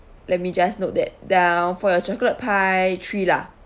let me just note that down for your chocolate pie three lah